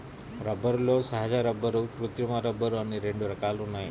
రబ్బరులో సహజ రబ్బరు, కృత్రిమ రబ్బరు అని రెండు రకాలు ఉన్నాయి